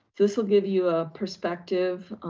this will give you a perspective.